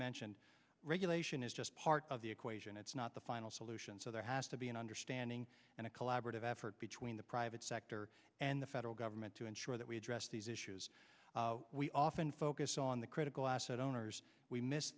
mentioned regulation is just part of the equation it's not the final solution so there has to be an understanding and a collaborative effort between the private sector and the federal government to ensure that we address these issues we often focus on the critical asset owners we miss